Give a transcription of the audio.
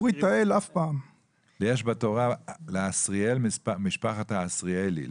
יש בתורה לאשריאל, משפחת האשריאלי.